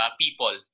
people